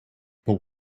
but